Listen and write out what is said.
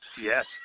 Yes